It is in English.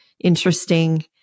interesting